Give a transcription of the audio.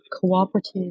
cooperative